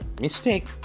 mistake